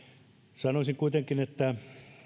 sanoisin kuitenkin että